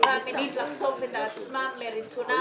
מתקיפה מינית לחשוף את עצמם מרצונם,